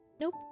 Nope